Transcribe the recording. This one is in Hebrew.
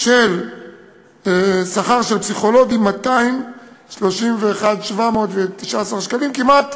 של שכר פסיכולוגים 231,719 שקלים, כמעט